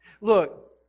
Look